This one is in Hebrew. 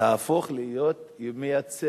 תהפוך להיות מייצרת